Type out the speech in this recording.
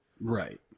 Right